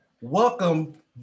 welcome